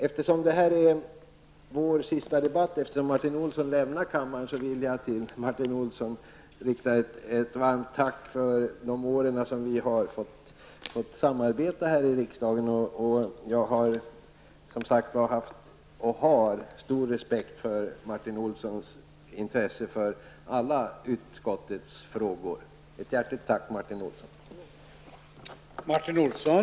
Eftersom Martin Olsson kommer att lämna riksdagen vill jag rikta ett varmt tack till honom för de år som vi har samarbetat här i riksdagen. Jag har som sagt haft, och har, stor respekt för Martin Olssons intresse för alla utskottets frågor. Ett hjärtligt tack Martin Olsson!